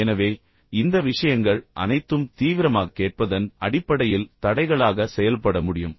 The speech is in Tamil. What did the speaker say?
எனவே இந்த விஷயங்கள் அனைத்தும் தீவிரமாக கேட்பதன் அடிப்படையில் தடைகளாக செயல்பட முடியும்